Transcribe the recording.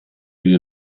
gli